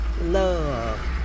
love